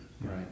right